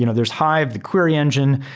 you know there's hive the query engine,